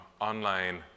online